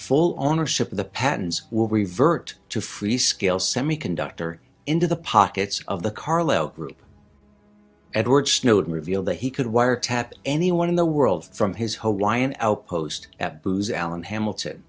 full ownership of the pattens will revert to freescale semiconductor into the pockets of the carlow group edward snowden revealed that he could wiretap anyone in the world from his home lyon outpost at booz allen hamilton